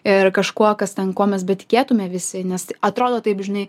ir kažkuo kas ten kuo mes betikėtume visi nes atrodo taip žinai